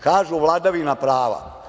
Kažu – vladavina prava.